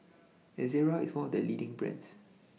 Ezerra IS one of The leading brands